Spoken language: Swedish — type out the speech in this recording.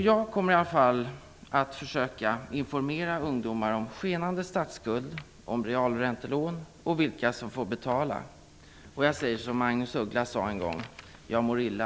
Jag kommer i alla fall att försöka informera ungdomar om skenande statsskuld, om realräntelån och vilka som får betala. Jag säger som Magnus Uggla sade en gång: Jag mår illa.